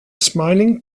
smiling